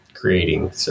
creating